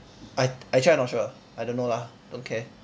I actually I not sure I don't know don't care